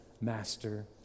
master